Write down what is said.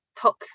top